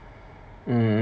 hmm